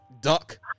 duck